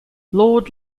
lord